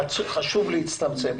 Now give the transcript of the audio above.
חשוב לצמצם אותו.